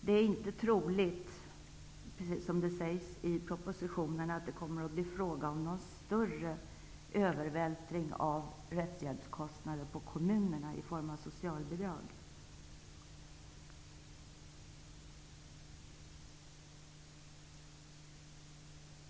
Som sägs i propositionen är det inte troligt att det kommer att bli fråga om någon större övervältring av rättshjälpskostnader på kommunerna i form av socialbidrag.